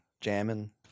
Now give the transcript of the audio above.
jamming